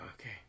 okay